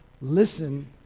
listen